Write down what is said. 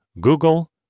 Google